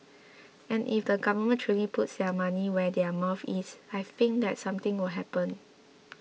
and if the government truly puts their money where their mouth is I think that something will happen